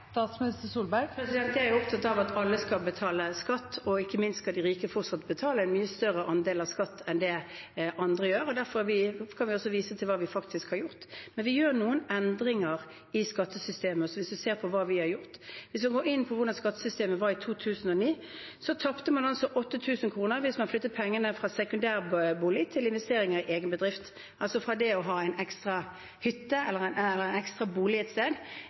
Ikke minst skal de rike fortsatt betale en mye større andel skatt enn det andre gjør. Derfor kan vi også vise til hva vi faktisk har gjort. Men vi gjør noen endringer i skattesystemet – hvis man ser på hva vi har gjort. Hvis vi går inn på hvordan skattesystemet var i 2009, tapte man altså 8 000 kr hvis man flyttet pengene fra sekundærbolig til investeringer i egen bedrift, altså fra det å ha en ekstra hytte eller en ekstra bolig et sted